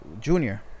Junior